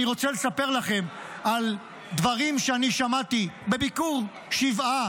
אני רוצה לספר לכם על דברים שאני שמעתי בביקור שבעה,